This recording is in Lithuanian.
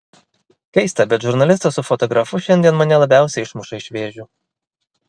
keista bet žurnalistas su fotografu šiandien mane labiausiai išmuša iš vėžių